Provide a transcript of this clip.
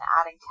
adding